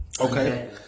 Okay